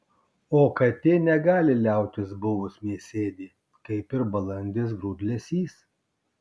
o katė negali liautis buvus mėsėdė kaip ir balandis grūdlesys